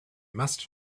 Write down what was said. must